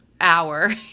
hour